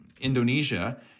Indonesia